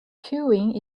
queuing